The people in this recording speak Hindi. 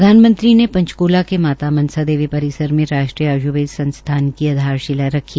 प्रधानमंत्री ने पंचकुला के माता मनसा देवी परिसर में राष्ट्रीय आय्र्वेद संस्थान की आधारशिला रखी